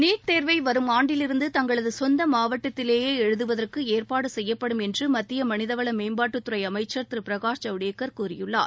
NEET தேர்வை வரும் ஆண்டிலிருந்து தங்களது சொந்த மாவட்டத்திலேயே எழுதுவதற்கு ஏற்பாடு செய்யப்படும் என்று மத்திய மனிதவள மேம்பாட்டுத்துறை அமைச்சர் திரு பிரகாஷ் ஜவ்டேக்கர் கூறியுள்ளார்